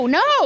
no